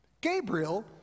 Gabriel